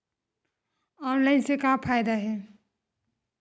Online से का फ़ायदा हे?